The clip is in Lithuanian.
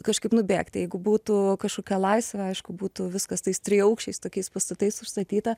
kažkaip nubėgt jeigu būtų kažkokia laisvė aišku būtų viskas tais triaukščiais tokiais pastatais užstatyta